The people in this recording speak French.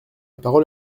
parole